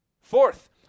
Fourth